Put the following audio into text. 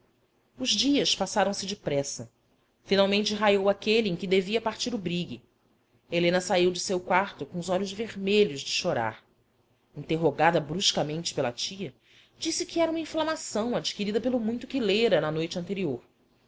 os dias passaram-se depressa finalmente raiou aquele em que devia partir o brigue helena saiu de seu quarto com os olhos vermelhos de chorar interrogada bruscamente pela tia disse que era uma inflamação adquirida pelo muito que lera na noite anterior